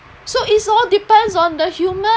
so it's all depends on the human